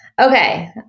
Okay